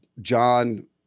John